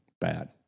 bad